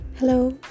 Hello